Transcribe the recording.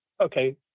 Okay